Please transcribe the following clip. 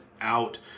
out